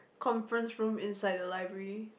conference room inside the library